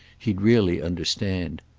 he'd really understand.